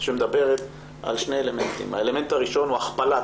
שמדברת על שני אלמנטים: האלמנט הראשון הוא הכפלת